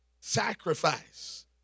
sacrifice